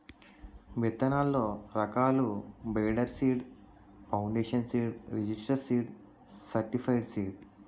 విత్తనాల్లో రకాలు breeder seed, foundation seed, registered seed, certified seed